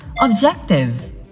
Objective